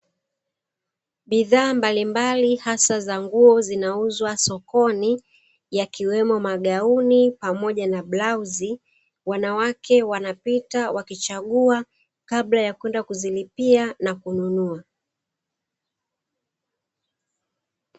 Bidhaa mbalimbali hasa za nguo zinauzwa sokoni, yakiwemo magauni pamoja na blauzi, wanawake wanapita wakichagua, kabla ya kwenda kuzilipia na kuzinunua.